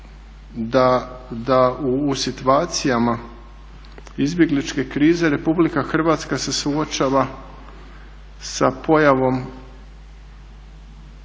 da u situacijama izbjegličke krize RH se suočava sa pojavom